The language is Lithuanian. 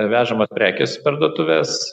vežamos prekės į parduotuves